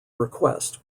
request